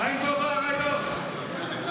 בושה, בושה.